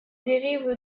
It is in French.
dérive